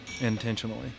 intentionally